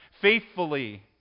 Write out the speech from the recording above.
faithfully